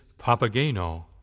Papageno